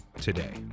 today